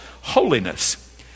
holiness